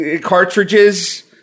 cartridges